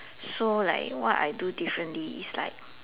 so like what I do differently is like